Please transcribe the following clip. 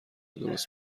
دست